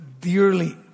dearly